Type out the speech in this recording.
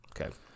Okay